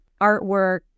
artwork